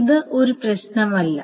അത് ഒരു പ്രശ്നമല്ല